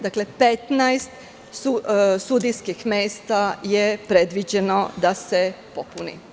Dakle, 15 sudijskih mesta je predviđeno da se popuni.